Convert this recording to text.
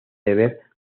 deber